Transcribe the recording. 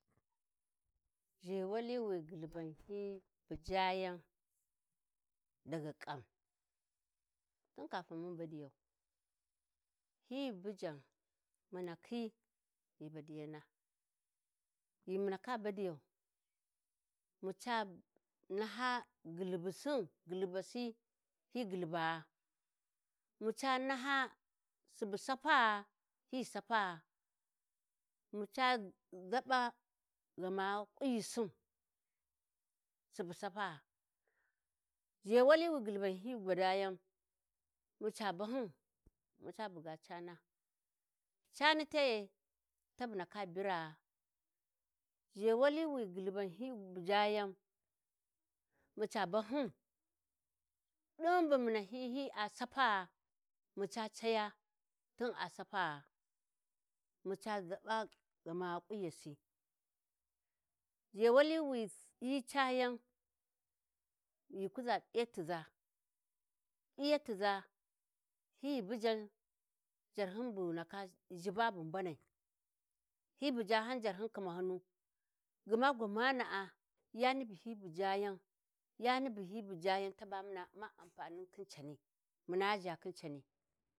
﻿Zhewali wi ghulhuban hyi bujayan daga kan, Tun Kapun mun badiyau hyi bujan mu ndakhi ghi ba-diyana, ghi mu ndaka badiyau ma ca naha ghulhubusin-ghulbasi hyi ghulubagha, mu ca naha Subu Sapaa gha hyi sapaa, muca gaba ghamaa kunyisin subu sapaa, zhewali wi ghulhuban hyi gwadayan mu ca bahyum ma ca buga cana, cani te'e tabu ndaka biraa, zhewali wi ghulhban hyi bujayan, maca bahyum, din bu mu nakhyi ai sapaa, maca Caya ai Sapaa, maca zaba ghamaa kunyasi, zhewali wi hyi, ca yan, ghi kuza p'yatiza P'iyatiza hyi bujan Jarhyun bu ghi ndaka zhiba bu mbanai hyi bujajan jarhyun khimshyunu, gma gwamana'a, yani bu hyi bujayan, yani bu hyi bujayan ta ba muna u'ma ampanin khin Cani.